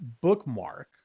bookmark